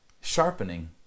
Sharpening